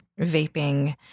vaping